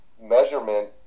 measurement